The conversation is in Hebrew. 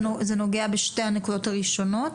זה נוגע בשתי הנקודות הראשונות?